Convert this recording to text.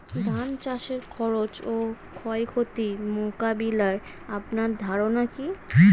ধান চাষের খরচ ও ক্ষয়ক্ষতি মোকাবিলায় আপনার ধারণা কী?